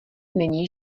není